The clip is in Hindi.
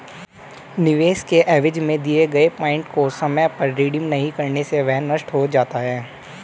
निवेश के एवज में दिए गए पॉइंट को समय पर रिडीम नहीं करने से वह नष्ट हो जाता है